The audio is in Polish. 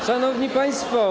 Szanowni Państwo!